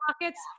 Pockets